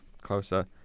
closer